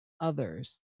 others